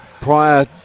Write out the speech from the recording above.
prior